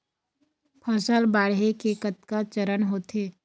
फसल बाढ़े के कतका चरण होथे?